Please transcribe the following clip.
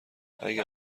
اگه